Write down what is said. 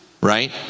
right